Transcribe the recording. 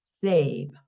save